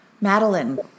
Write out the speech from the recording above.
Madeline